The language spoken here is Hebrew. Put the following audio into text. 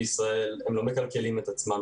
הם לא מכלכלים את עצמם.